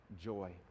joy